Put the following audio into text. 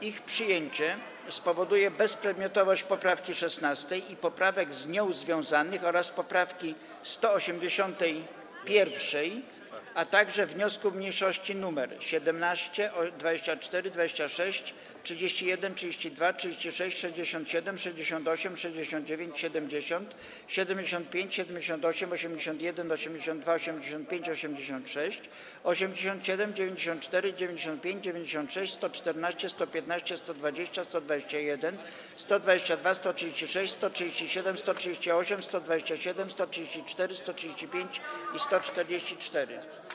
Ich przyjęcie spowoduje bezprzedmiotowość poprawki 16. i poprawek z nią związanych oraz poprawki 181., a także wniosków mniejszości nr: 17, 24, 26, 31, 32, 36, 67, 68, 69, 70, 75, 78, 81, 82, 85, 86, 87, 94, 95, 96, 114, 115, 120, 121, 122, 136, 137, 138, 127, 134, 135 i 144.